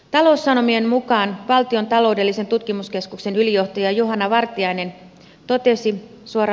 taloussanomien mukaan valtion taloudellisen tutkimuskeskuksen ylijohtaja juhana vartiainen totesi